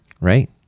Right